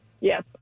Yes